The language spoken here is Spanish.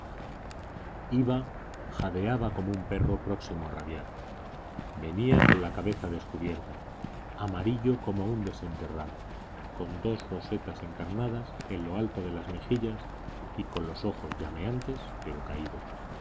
como un perro próximo a rabiar venía con la cabeza descubierta amarillo como un desenterrado con dos rosetas encarnadas en lo alto de las mejillas y con los ojos llameantes pero caídos